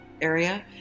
area